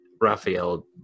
Raphael